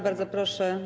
Bardzo proszę.